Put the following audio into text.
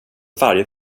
varje